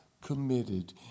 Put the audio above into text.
committed